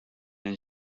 and